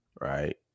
right